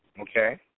Okay